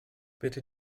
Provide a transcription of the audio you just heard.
bitte